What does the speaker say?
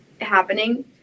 happening